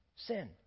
sin